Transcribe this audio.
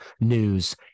news